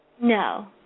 No